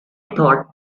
thought